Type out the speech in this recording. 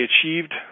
achieved